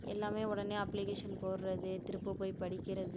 எல்லாமே உடனே அப்ளிகேஷன் போடுறது திருப்பப் போய் படிக்கிறது